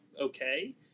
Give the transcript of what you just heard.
okay